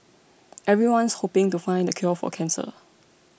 everyone's hoping to find the cure for cancer